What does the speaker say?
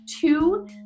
two